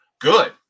Good